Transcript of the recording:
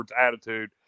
attitude